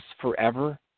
forever